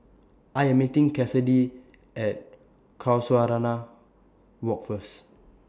I Am meeting Kassidy At Casuarina Walk First